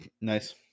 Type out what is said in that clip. Nice